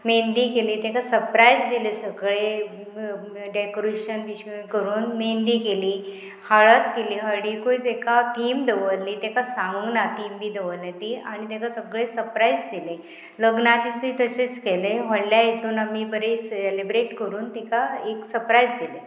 मेहंदी केली तेका सप्रायज दिले सगळे डेकोरेशन बिशेन करून मेहंदी केली हळद केली हळडिकूय तेका थीम दवरली तेका सांगू ना थीम बी दवरलें ती आनी तेका सगळें सप्रायज दिलें लग्ना दिसूय तशेंच केलें व्हडल्या हितून आमी बरी सेलेब्रेट करून तिका एक सप्रायज दिलें